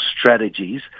strategies